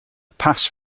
pass